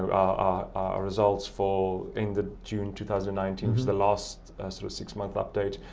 ah ah results for end the june two thousand and nineteen was the last sort of six month update.